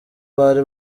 bari